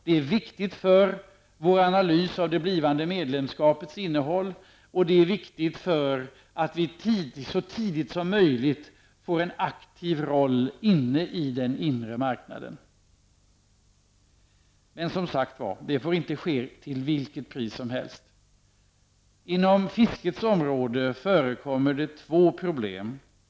Det är viktigt för vår analys av det blivande medlemskapets innehåll, och det är viktigt för att vi så tidigt som möjligt får en aktiv roll inne på den inre marknaden. Men det får som sagt var inte ske till vilket pris som helst. På fiskets område förekommer det två problem.